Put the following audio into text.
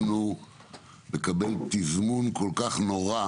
שלא יכולנו לקבל תזמון כל כך נורא